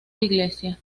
inglesa